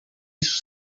isso